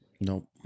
Nope